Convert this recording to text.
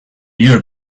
year